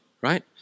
right